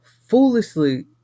foolishly